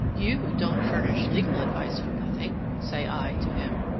you don't furnish legal advice for nothing, say i to him.